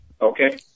Okay